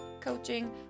coaching